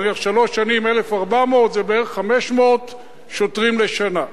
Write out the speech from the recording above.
נניח שלוש שנים, 1,400, זה בערך 500 שוטרים לשנה.